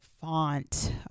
font